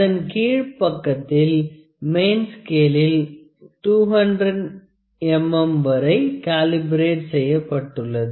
அதன் கீழ் பக்கத்தில் மெயின் ஸ்கேலில் 200 mm வரை காலிபரேட் செய்யப்பட்டுள்ளது